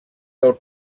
del